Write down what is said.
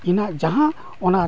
ᱤᱧᱟᱹᱜ ᱡᱟᱦᱟᱸ ᱚᱱᱟ